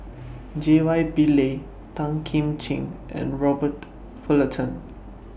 J Y Pillay Tan Kim Ching and Robert Fullerton